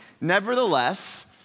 Nevertheless